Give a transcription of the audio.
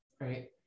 Right